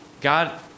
God